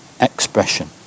expression